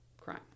crime